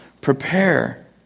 prepare